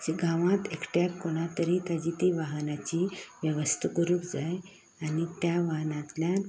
सरकारान ताच्या गांवांत एकट्याक कोणा तरी थंय ताजी ती वाहनाची वेवस्ता करूंक जाय आनी त्या वाहनांतल्यान